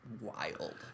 wild